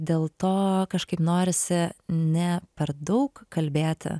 dėl to kažkaip norisi ne per daug kalbėti